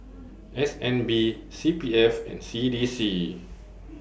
S N B C P F and C D C